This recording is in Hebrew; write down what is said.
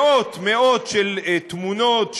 מאות של תמונות,